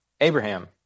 Abraham